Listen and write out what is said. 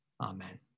Amen